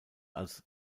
als